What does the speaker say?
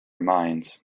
mines